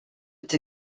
its